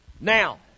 Now